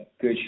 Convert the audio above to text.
good